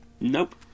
Nope